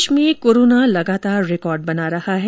प्रदेश में कोरोना लगातार रिकॉर्ड बना रहा है